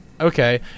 okay